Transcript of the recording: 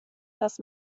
das